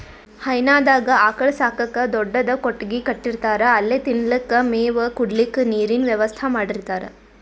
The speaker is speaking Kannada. ಹೈನಾದಾಗ್ ಆಕಳ್ ಸಾಕಕ್ಕ್ ದೊಡ್ಡದ್ ಕೊಟ್ಟಗಿ ಕಟ್ಟಿರ್ತಾರ್ ಅಲ್ಲೆ ತಿನಲಕ್ಕ್ ಮೇವ್, ಕುಡ್ಲಿಕ್ಕ್ ನೀರಿನ್ ವ್ಯವಸ್ಥಾ ಮಾಡಿರ್ತಾರ್